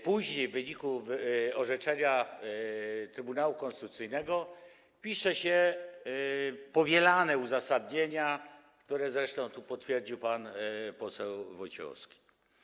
Później, w wyniku orzeczenia Trybunału Konstytucyjnego, pisze się powielane uzasadnienia, co zresztą tu potwierdził pan poseł Wojciechowski.